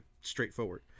straightforward